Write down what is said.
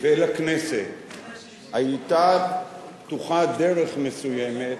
היתה פתוחה דרך מסוימת,